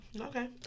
Okay